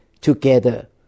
together